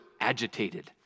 agitated